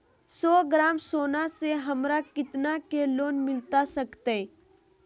सौ ग्राम सोना से हमरा कितना के लोन मिलता सकतैय?